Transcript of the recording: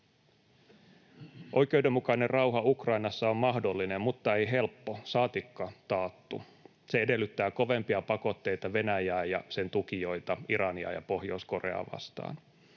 Oikeudenmukainen rauha Ukrainassa on mahdollinen mutta ei helppo saatikka taattu. Se edellyttää kovempia pakotteita Venäjää ja sen tukijoita Irania ja Pohjois-Koreaa vastaan.